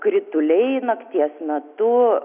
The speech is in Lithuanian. krituliai nakties metu